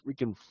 freaking